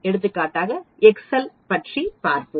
எடுத்துக்காட்டாக எக்செல் பற்றி பார்ப்போம்